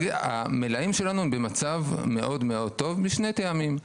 המלאים שלנו הם במצב מאוד מאוד טוב משני טעמים.